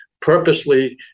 purposely